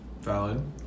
Valid